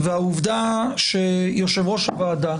והעובדה שיושב ראש הוועדה